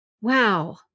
Wow